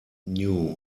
knew